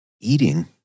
eating